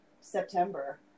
September